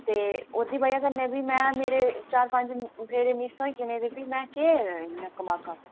ते ओह्दी ब'जा कन्नै भी में मेरे चार पंज फेरे मिस होई जाने ते भी में केह् इ'यां कमागा